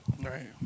Right